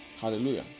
hallelujah